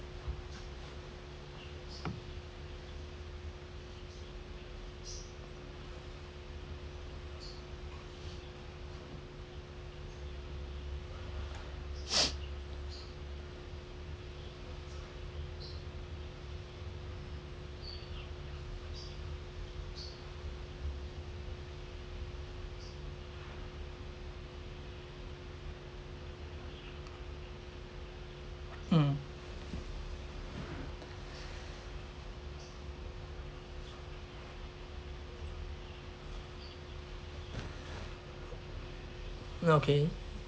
mm okay